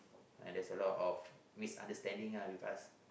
and there's a lot of misunderstanding lah with us